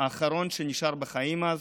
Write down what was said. האחרון שנשאר בחיים אז,